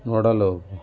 ನೋಡಲು